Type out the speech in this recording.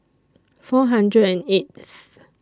four hundred and eighth